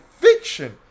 fiction